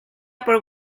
por